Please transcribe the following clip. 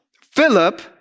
Philip